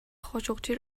خاشقچی